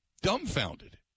dumbfounded